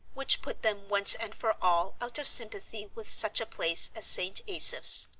which put them once and for all out of sympathy with such a place as st. asaph's.